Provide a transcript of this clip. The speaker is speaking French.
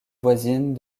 voisine